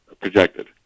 projected